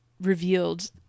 revealed